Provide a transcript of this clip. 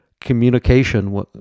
communication